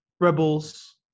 rebels